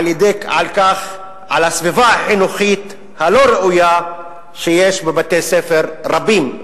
על הסביבה החינוכית הלא-ראויה שיש בבתי-ספר רבים,